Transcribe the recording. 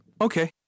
Okay